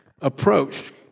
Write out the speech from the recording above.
approached